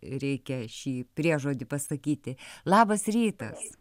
reikia šį priežodį pasakyti labas rytas